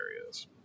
areas